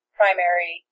primary